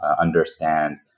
understand